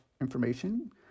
information